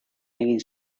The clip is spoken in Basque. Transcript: egin